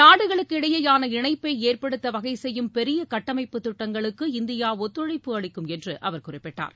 நாடுகளுக்கு இடையேயான இணைப்பை ஏற்படுத்த வகை செய்யும் பெரிய கட்டமைப்பு திட்டங்களுக்கு இந்தியா ஒத்துழைப்பு அளிக்கும் என்று அவர் குறிப்பிட்டார்